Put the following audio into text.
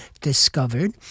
discovered